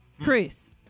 Chris